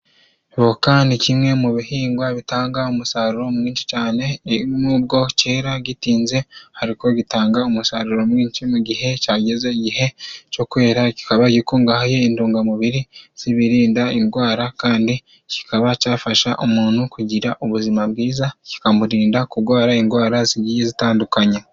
Voka ni kimwe mu bihingwa bitanga umusaruro mwinshi cyane, nubwo cyera gitinze ariko gitanga umusaruro mwinshi mu gihe cyageze igihe cyo kwera, kikaba gikungahaye intungamubiri zibirinda indwara, kandi kikaba cyafasha umuntu kugira ubuzima bwiza, kikamurinda kurwara indwara zigiye zitandukanye.